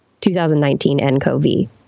2019-nCoV